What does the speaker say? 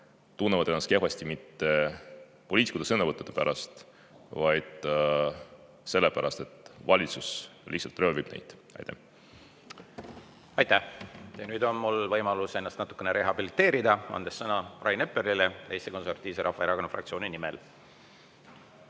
tunne ennast kehvasti mitte poliitikute sõnavõttude pärast, vaid sellepärast, et valitsus lihtsalt röövib neid. Aitäh! Aitäh! Nüüd on mul võimalus ennast natukene rehabiliteerida, andes sõna Rain Eplerile Eesti Konservatiivse Rahvaerakonna fraktsiooni nimel.